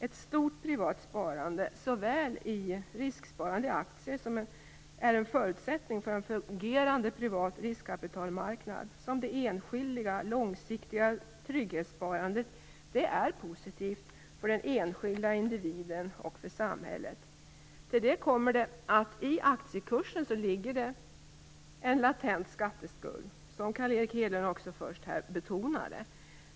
Ett stort privat sparande, såväl risksparande i aktier - som är en förutsättning för en fungerande privat riskkapitalmarknad - som det enskilda, långsiktiga trygghetssparandet är positivt för den enskilde individen och för samhället. Till detta kommer att det i aktiekursen ligger en latent skatteskuld, vilket Carl Erik Hedlund här betonade.